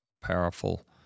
powerful